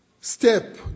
step